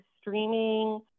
streaming